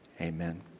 amen